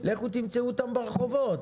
לכו תמצאו אותם ברחובות.